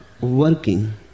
working